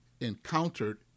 encountered